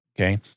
okay